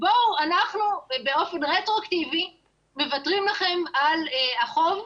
רק במקרים האלה ניתן לוותר על החוב.